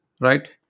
right